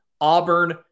Auburn